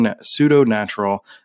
pseudo-natural